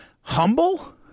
humble